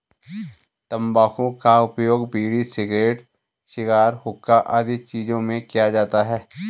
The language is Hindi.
तंबाकू का उपयोग बीड़ी, सिगरेट, शिगार, हुक्का आदि चीजों में किया जाता है